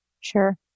Sure